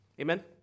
Amen